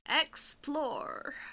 Explore